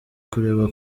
kureba